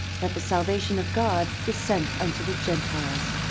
that the salvation of god is sent unto the gentiles,